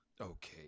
Okay